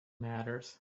matters